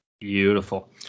Beautiful